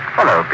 Hello